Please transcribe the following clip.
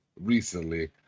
recently